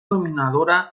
dominadora